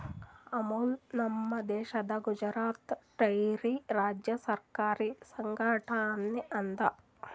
ಅಮುಲ್ ನಮ್ ದೇಶದ್ ಗುಜರಾತ್ ಡೈರಿ ರಾಜ್ಯ ಸರಕಾರಿ ಸಂಘಟನೆ ಅದಾ